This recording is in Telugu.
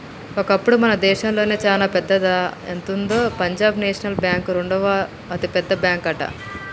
ఒకప్పుడు మన దేశంలోనే చానా పెద్దదా ఎంతుందో పంజాబ్ నేషనల్ బ్యాంక్ రెండవ అతిపెద్ద బ్యాంకట